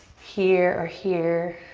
here or here.